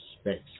space